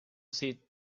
see